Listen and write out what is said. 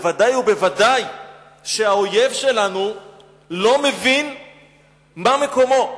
בוודאי ובוודאי שהאויב שלנו לא מבין מה מקומו.